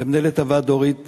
למנהלת הוועדה דורית ואג,